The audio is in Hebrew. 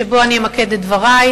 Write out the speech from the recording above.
שבו אני אמקד את דברי.